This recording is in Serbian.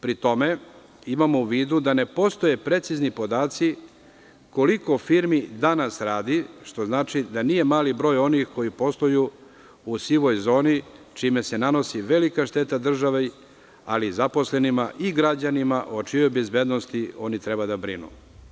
Pri tome imamo u vidu da ne postoje precizni podaci koliko firmi danas radi, što znači da nije mali broj onih koji posluju u sivoj zoni, čime se nanosi velika šteta državi, ali i zaposlenima i građanima o čijoj bezbednosti oni trebaju da brinu.